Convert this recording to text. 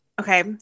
Okay